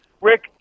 Rick